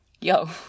yo